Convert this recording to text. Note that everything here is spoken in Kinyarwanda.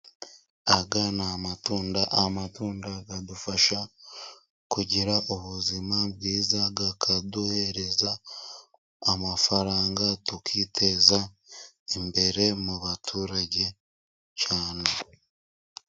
Aya ni amatunda. Amatunda adufasha kugira ubuzima bwiza, akaduhereza amafaranga tukiteza imbere mu baturage cyane.